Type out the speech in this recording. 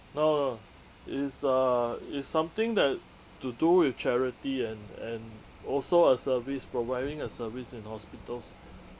no no no it's a it's something that to do with charity and and also a service providing a service in hospitals